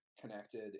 connected